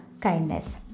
kindness